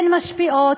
הן משפיעות,